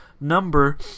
number